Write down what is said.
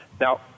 Now